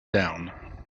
down